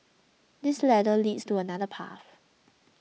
this ladder leads to another path